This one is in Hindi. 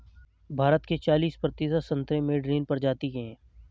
भारत के चालिस प्रतिशत संतरे मैडरीन प्रजाति के हैं